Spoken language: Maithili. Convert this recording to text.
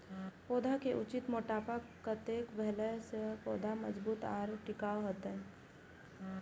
पौधा के उचित मोटापा कतेक भेला सौं पौधा मजबूत आर टिकाऊ हाएत?